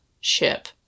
ship